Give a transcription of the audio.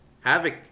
Havoc